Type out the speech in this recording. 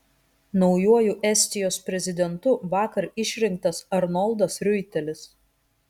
naujuoju estijos prezidentu vakar išrinktas arnoldas riuitelis